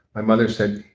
my mother said,